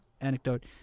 anecdote